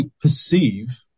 perceive